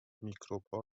میکروبها